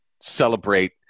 celebrate